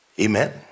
Amen